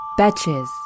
Betches